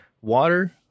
water